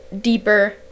deeper